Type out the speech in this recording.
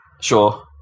sure